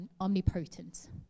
omnipotent